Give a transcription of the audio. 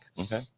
Okay